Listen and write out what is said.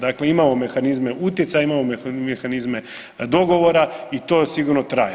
Dakle, imamo mehanizme utjecaja, imamo mehanizme dogovora i to sigurno traje.